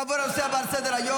נעבור לנושא הבא על סדר-היום,